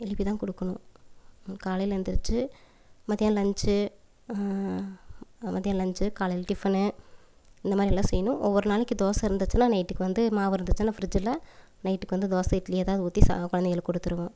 எழுப்பிதான் கொடுக்கணும் காலையில் எழுந்துருச்சி மத்தியானம் லன்ச்சி மத்தியான லன்ச்சி காலையில் டிஃபனு இந்த மாதிரிலாம் செய்யணும் ஒவ்வொரு நாளைக்கு தோசை இருந்துச்சுனா நைட்டுக்கு வந்து மாவு இருந்துச்சுனா ஃப்ரிட்ஜில் நைட்டுக்கு வந்து தோசை இட்லி எதாவது ஊற்றி குழந்தைங்களுக்கு கொடுத்துருவோம்